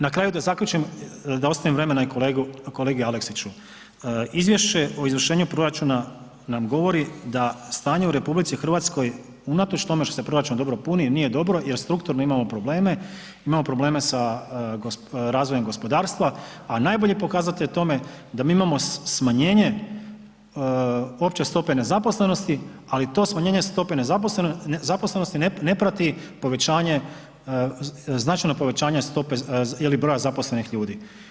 Na kraju da zaključim, da ostavim vremena i kolegi Aleksiću, Izvješće o izvršenju proračuna nam govori da stanje u RH unatoč tome što se proračun puni nije dobro jer strukturno imamo probleme, imamo probleme sa razvojem gospodarstva, a najbolji pokazatelj tome da mi imamo smanjenje opće stope nezaposlenosti, ali to smanjenje stope nezaposlenosti ne prati značajno povećanje stope ili broja zaposlenih ljudi.